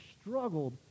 struggled